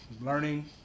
learning